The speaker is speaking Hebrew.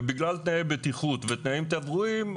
ובגלל תנאי בטיחות ותנאים תברואיים,